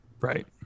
Right